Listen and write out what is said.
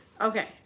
Okay